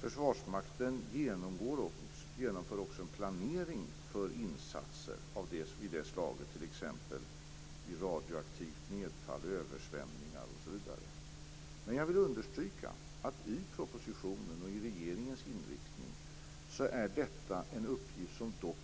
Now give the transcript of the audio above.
Försvarsmakten genomför också en planering för insatser av sådant slag, t.ex. vid radioaktivt nedfall och översvämningar. När det gäller propositionens och regeringens inriktning vill jag dock understryka att denna uppgift